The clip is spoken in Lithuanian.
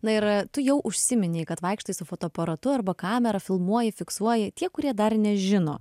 na ir tu jau užsiminei kad vaikštai su fotoaparatu arba kamera filmuoji fiksuoji tie kurie dar nežino